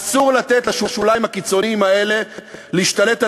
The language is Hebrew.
אסור לתת לשוליים הקיצוניים האלה להשתלט על